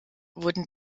wurden